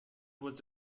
was